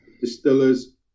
Distillers